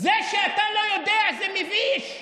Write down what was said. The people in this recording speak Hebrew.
זה שאתה לא יודע זה מביש.